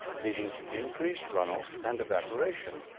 leading to increased runoff and evaporation.